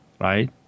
right